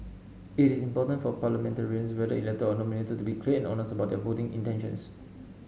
it is important for parliamentarians whether elected or nominated to be clear and honest about their voting intentions